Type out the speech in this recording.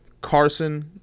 Carson